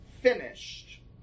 finished